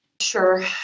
Sure